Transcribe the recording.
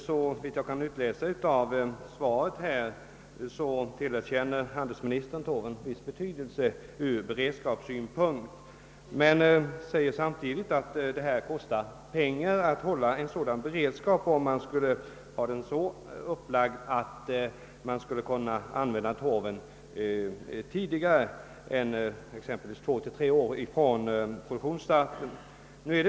Såvitt jag kan utläsa av svaret tillerkänner handelsministern torven viss betydelse från beredskapssynpunkt, men han säger samtidigt att det kostar pengar att hålla en sådan beredskap, om man skall ha den så upplagd att torven skall kunna användas tidigare än exempelvis 2—3 år efter produktionsstarten.